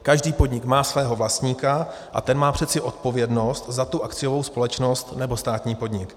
Každý podnik má svého vlastníka a ten má přece odpovědnost za tu akciovou společnost nebo státní podnik.